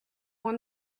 won